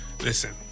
Listen